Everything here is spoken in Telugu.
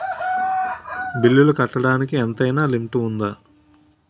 బిల్లులు కట్టడానికి ఎంతైనా లిమిట్ఉందా?